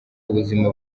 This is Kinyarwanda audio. ubuzima